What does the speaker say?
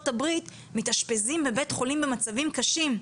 הברית מתאשפזים בבתי חולים במצבים קשים.